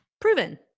proven